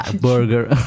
burger